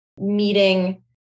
meeting